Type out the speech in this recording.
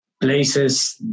places